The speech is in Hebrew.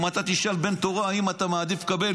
אם אתה תשאל בן תורה אם הוא מעדיף לקבל